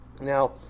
Now